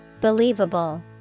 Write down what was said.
Believable